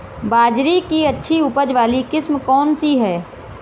बाजरे की अच्छी उपज वाली किस्म कौनसी है?